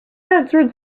answered